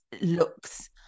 looks